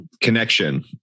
connection